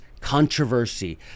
controversy